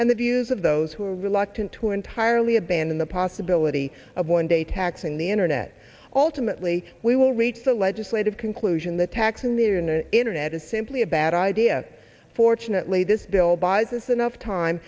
and the views of those who are reluctant to entirely abandon the possibility of one day taxing the internet alternately we will reach the legislative conclusion the tax in there in the internet is simply a bad idea fortunately this bill buys us enough time